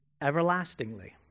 everlastingly